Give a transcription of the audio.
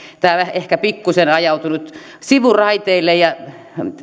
tämä on ehkä pikkuisen ajautunut sivuraiteille